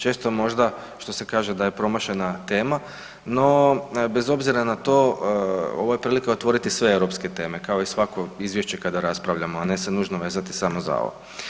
Često možda što se kaže da je promašena tema, no bez obzira na to, ovo je prilika otvoriti sve europske teme, kao i svako izvješće kada raspravljamo, a ne se nužno vezati samo za ovo.